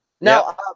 now